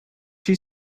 she